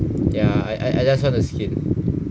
ya I I just want to skin